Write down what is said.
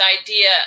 idea